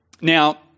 Now